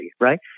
right